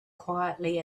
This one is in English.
quietly